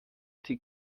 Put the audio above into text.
die